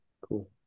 Cool